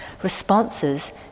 Responses